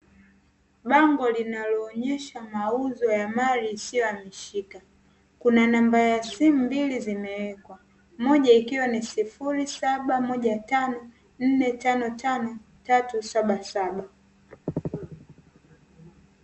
Bango linaloonyesha mauzo ya mali isiyo hamishika kuna namba za simu mbili zimewekwa moja, ikiwa ni sufuri saba moja tano nne tano tano tatu saba saba.